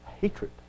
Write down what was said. hatred